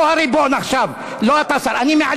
אני פה הריבון עכשיו, לא אתה, השר, אני מעליך.